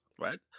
right